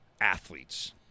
athletes